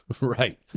Right